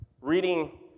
reading